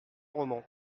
roman